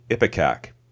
Ipecac